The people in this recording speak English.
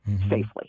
safely